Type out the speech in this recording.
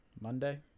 monday